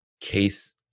case